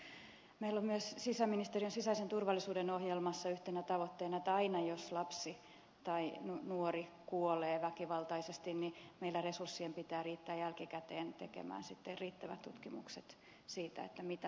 meillä on myös sisäministeriön sisäisen turvallisuuden ohjelmassa yhtenä tavoitteena että aina jos lapsi tai nuori kuolee väkivaltaisesti niin meillä resurssien pitää riittää jälkikäteen siihen että tehdään riittävät tutkimukset siitä mitä tapahtui